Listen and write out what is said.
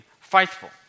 faithful